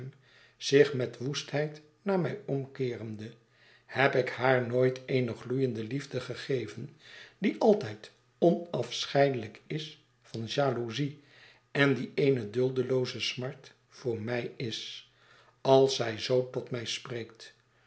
zich met woestheid naar mij omkeerende heb ik haar nooit eene gloeiende liefde gegeven die altijd onafscheidelijk is van jaloezie en die eene duldelooze smart voor mij is als zy zoo tot mij spreekt